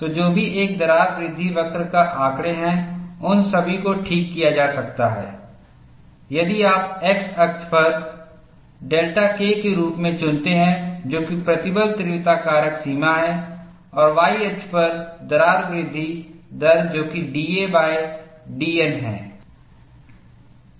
तो जो भी एक दरार वृद्धि वक्र का आंकड़े है उन सभी को ठीक किया जा सकता है यदि आप X अक्ष को डेल्टा K के रूप में चुनते हैं जो कि प्रतिबल तीव्रता कारक सीमा है और Y अक्ष पर दरार वृद्धि दर जो कि dadn है